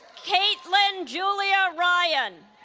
caitlyn julia ryan